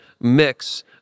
mix